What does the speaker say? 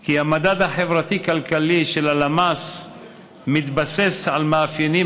כי המדד החברתי כלכלי של הלמ"ס מתבסס על מאפיינים